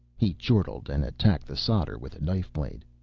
he chortled and attacked the solder with a knife blade.